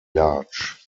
large